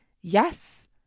Yes